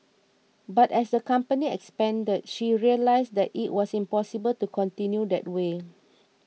but as the company expanded she realised that it was impossible to continue that way